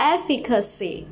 Efficacy